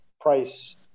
price